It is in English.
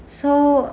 so